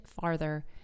farther